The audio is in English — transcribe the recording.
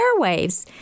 airwaves